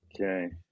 Okay